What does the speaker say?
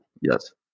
Yes